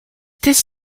this